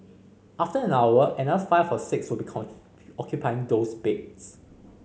after an hour another five or six will be occupying those beds